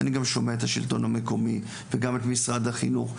ואני גם שומע את השלטון המקומי וגם את משרד החינוך.